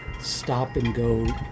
stop-and-go